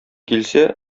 килсә